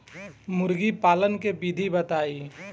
मुर्गी पालन के विधि बताई?